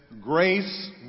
grace